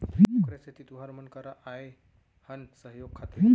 ओखरे सेती तुँहर मन करा आए हन सहयोग खातिर